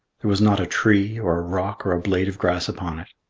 there was not a tree or a rock or a blade of grass upon it.